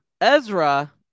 Ezra